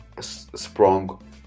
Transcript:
sprung